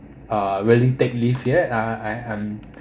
uh really take leave yet I I I am